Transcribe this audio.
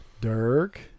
Dirk